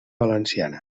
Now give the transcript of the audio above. valenciana